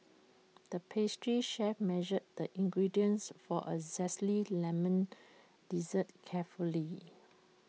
the pastry chef measured the ingredients for A Zesty Lemon Dessert carefully